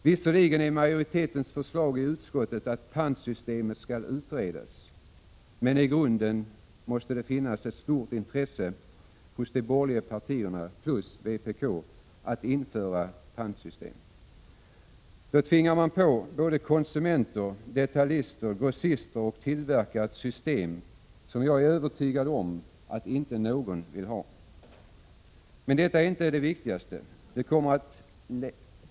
Visserligen är majoritetens förslag i utskottet att pantsystemet skall utredas, men i grunden måste det finnas ett stort intresse hos de borgerliga partierna plus vpk att införa pantsystem. Då tvingar man på såväl konsumenter, detaljister, grossister som tillverkare ett system som jag är övertygad om att inte någon vill ha. Men detta är inte det viktigaste.